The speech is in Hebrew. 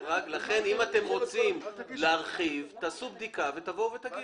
אם אתם רוצים להרחיב, תעשו בדיקה ותבואו ותגידו.